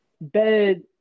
bed